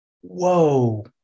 Whoa